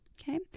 Okay